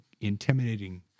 intimidating